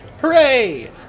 Hooray